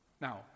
Now